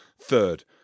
third